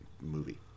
movie